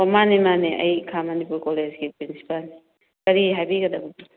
ꯑꯣ ꯃꯥꯅꯦ ꯃꯥꯅꯦ ꯑꯩ ꯈꯥ ꯃꯅꯤꯄꯨꯔ ꯀꯣꯂꯦꯖꯀꯤ ꯄ꯭ꯔꯤꯟꯁꯤꯄꯜꯅꯦ ꯀꯔꯤ ꯍꯥꯏꯕꯤꯒꯗꯕꯅꯣ